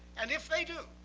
and if they do,